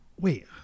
wait